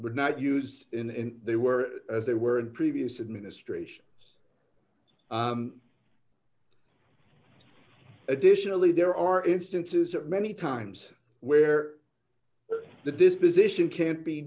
but not used in and they were as they were in previous administrations additionally there are instances of many times where the disposition can't be